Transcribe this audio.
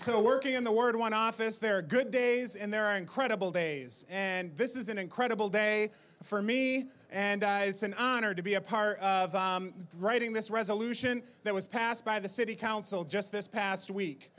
so working in the word one office there are good days and there are incredible days and this is an incredible day for me and it's an honor to be a part of writing this resolution that was passed by the city council just this past week